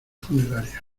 funerarias